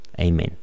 Amen